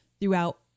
throughout